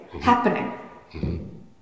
happening